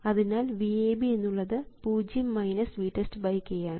അതിനാൽ VAB എന്നുള്ളത് 0 VTEST k ആണ്